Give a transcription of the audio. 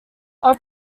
are